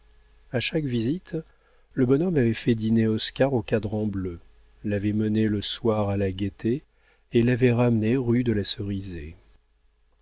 a chaque visite le bonhomme avait fait dîner oscar au cadran-bleu l'avait mené le soir à la gaîté et l'avait ramené rue de la cerisaie